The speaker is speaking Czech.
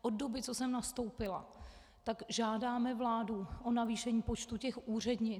Od doby, co jsem nastoupila, žádáme vládu o navýšení počtu těch úřednic.